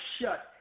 shut